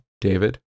David